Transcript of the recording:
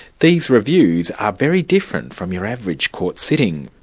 these reviews are very different from your average court sitting.